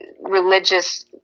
religious